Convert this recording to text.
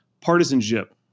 partisanship